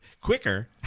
quicker